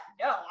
No